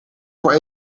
voor